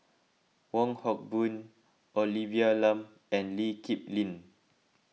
Wong Hock Boon Olivia Lum and Lee Kip Lin